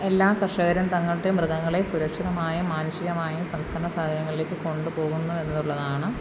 എല്ലാ കർഷകരും തങ്ങളുടെ മൃഗങ്ങളെ സുരക്ഷിതമായും മാനുഷികമായും സംസ്കരണ സഹായങ്ങളിലേക്ക് കൊണ്ടുപോകുന്നു എന്നുള്ളതാണ്